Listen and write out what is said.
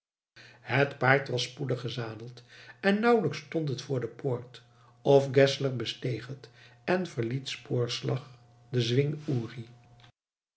het paard was spoedig gezadeld en nauwlijks stond het voor de poort of geszler besteeg het en verliet spoorslags den